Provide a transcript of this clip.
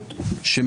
היא